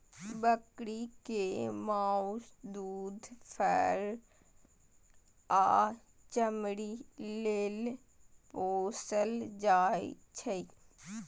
बकरी कें माउस, दूध, फर आ चमड़ी लेल पोसल जाइ छै